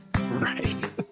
right